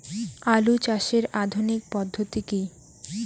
আলু চাষের আধুনিক পদ্ধতি কি?